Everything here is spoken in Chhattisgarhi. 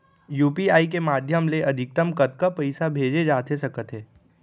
यू.पी.आई के माधयम ले अधिकतम कतका पइसा भेजे जाथे सकत हे?